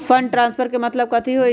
Fund transfer के मतलब कथी होई?